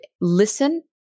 listen